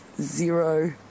zero